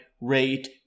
rate